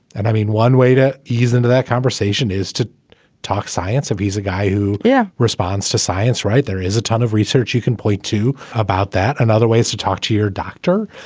and i mean, one way to ease into that conversation is to talk science, a visa, a guy who yeah responds to science. right. there is a ton of research you can point to about that. another way is to talk to your doctor,